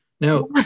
Now